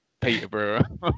peterborough